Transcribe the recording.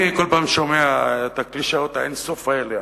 אני כל פעם שומע את קלישאות האין-סוף האלה.